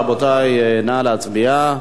רבותי, נא להצביע.